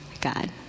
God